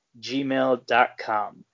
gmail.com